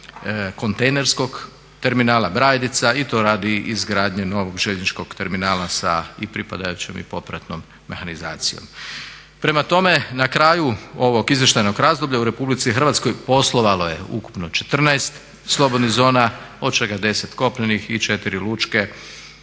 kontejnerskog terminala Brajdica i to radi izgradnja novog željezničkog terminala sa i pripadajućom i popratnom mehanizacijom. Prema tome na kraju ovog izvještajnog razdoblja u Republici Hrvatskoj poslovalo je ukupno 14 slobodnih zona od čega je 10 kopnenih i 4 lučke